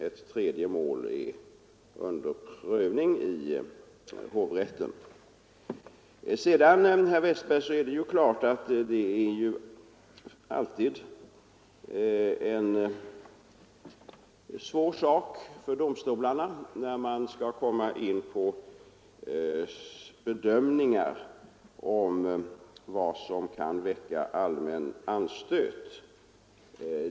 Ett tredje mål är under prövning i hovrätten. Sedan, herr Westberg, är det klart att det alltid är en svår sak för domstolarna när det kommer in på en bedömning av vad som kan väcka allmän anstöt.